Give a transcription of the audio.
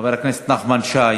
חבר הכנסת נחמן שי,